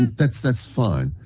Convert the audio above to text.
that's that's fine.